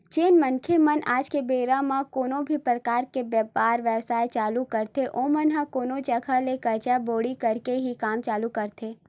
जेन मनखे मन आज के बेरा म कोनो भी परकार के बेपार बेवसाय चालू करथे ओमन ह कोनो जघा ले करजा बोड़ी करके ही काम चालू करथे